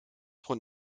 von